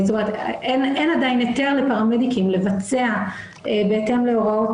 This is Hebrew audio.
אין עדיין היתר לפרמדיקים לבצע בהתאם להוראות